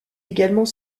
également